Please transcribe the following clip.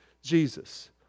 Jesus